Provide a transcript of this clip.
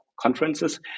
conferences